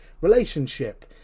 relationship